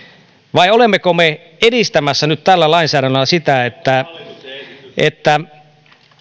vai olemmeko me edistämässä nyt tällä lainsäädännöllä sitä että että